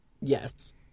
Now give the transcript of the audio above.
yes